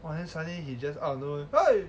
!wah! then suddenly he just out of no where !oi!